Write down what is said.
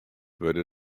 wurde